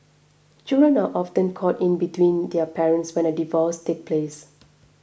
children are often caught in between their parents when a divorce takes place